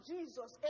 Jesus